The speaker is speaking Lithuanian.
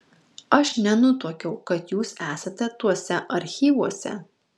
aš nenutuokiau kad jūs esate tuose archyvuose